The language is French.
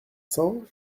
cents